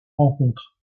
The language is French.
rencontres